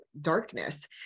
darkness